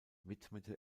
widmete